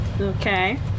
Okay